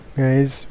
guys